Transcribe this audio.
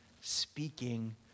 speaking